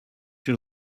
your